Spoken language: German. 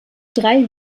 drei